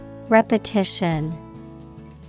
Repetition